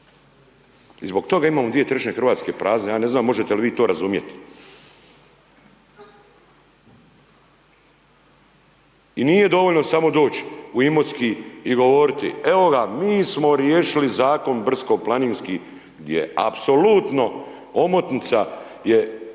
I zbog toga imamo 2/3 Hrvatske prazno, ja ne znamo možete li vi to razumjeti. I nije dovoljno samo doći u Imotski i govoriti, evo ga, mi smo riješili Zakon brdsko-planinski gdje je apsolutno, omotnica je